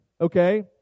okay